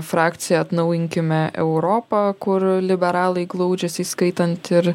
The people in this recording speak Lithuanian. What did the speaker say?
frakciją atnaujinkime europą kur liberalai glaudžiasi įskaitant ir